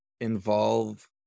involve